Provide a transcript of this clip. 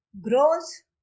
grows